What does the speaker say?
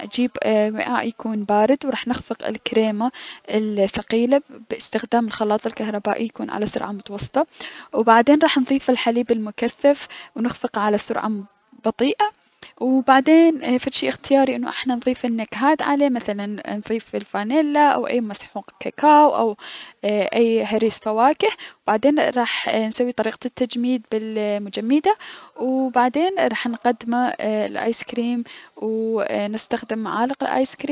راح اجيب وعاء يكون بارد و نخفق الكريمة الثقيلة بأستخدام الخلاط الكهربائي يكون على سرعة متوسطة، و بعدين راح نضيف الحليب المكثف و نخلطه على سرعة بطيئة، و بعدين فد شي اختياري انو احنا نضيف نكهات عليه مثلا نضيف الفانيلا او اي مسحوق كاكاو او اي هريس فواكه، بعدين راح نسوي طريقة التجميد بالمجمدة و بعدين نقدمه لل ايس كريم و نستخدم معالق الايس كريم.